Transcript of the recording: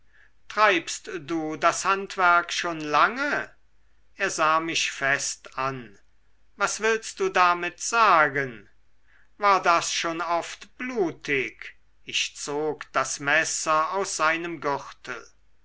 treibst du das handwerk schon lange er sah mich fest an was willst du damit sagen war das schon oft blutig ich zog das messer aus seinem gürtel